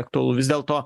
aktualu vis dėlto